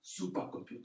supercomputer